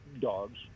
dogs